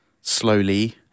slowly